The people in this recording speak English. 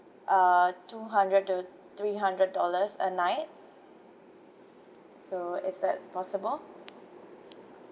uh two hundred to three hundred dollars a night so is that possible